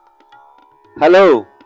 hello